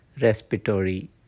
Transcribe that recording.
respiratory